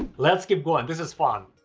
let's keep going, this is fun,